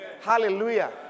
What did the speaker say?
Hallelujah